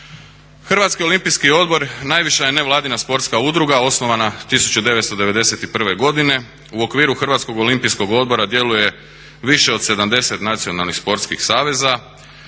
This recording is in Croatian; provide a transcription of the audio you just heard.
Hrvatski olimpijski odbor najviša je nevladina sportska udruga osnovana 1991. godine. U okviru Hrvatskog olimpijskog odbora djeluje više od 70 nacionalnih sportskih saveza.